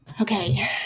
Okay